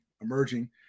emerging